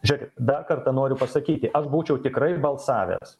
žiūrėkit dar kartą noriu pasakyti aš būčiau tikrai balsavęs